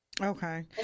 Okay